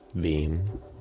beam